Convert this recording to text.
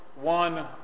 one